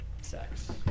sex